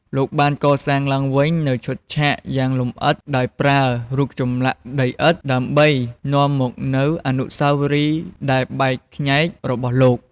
លោកបានកសាងឡើងវិញនូវឈុតឆាកយ៉ាងល្អិតល្អន់ដោយប្រើរូបចម្លាក់ដីឥដ្ឋ ដើម្បីនាំមកនូវអនុស្សាវរីយ៍ដែលបែកខ្ញែករបស់លោក។